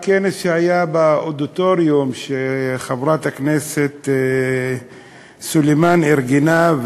בכנס שהיה באודיטוריום שחברת הכנסת סלימאן ארגנה,